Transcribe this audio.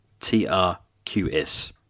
TRQS